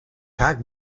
tag